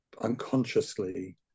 unconsciously